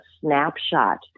snapshot